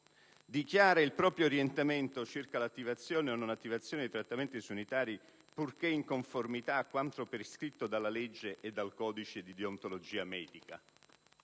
dichiara il proprio orientamento circa l'attivazione o non di trattamenti sanitari, purché in conformità a quanto prescritto dalla legge e dal codice di deontologia medica.